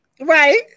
Right